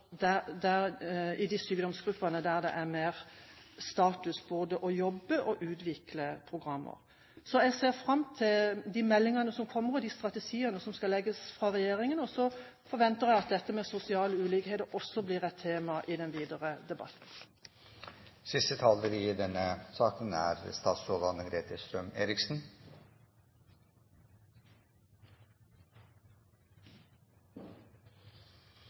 å utvikle programmer. Så jeg ser fram til de meldingene som kommer, og de strategiene som skal legges fra regjeringen. Og så forventer jeg at dette med sosiale ulikheter også blir et tema i den videre debatten. Jeg vil nok en gang takke for at denne